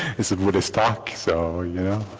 it's a buddhist talk, so you know,